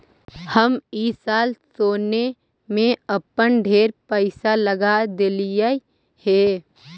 हम ई साल सोने में अपन ढेर पईसा लगा देलिअई हे